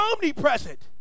omnipresent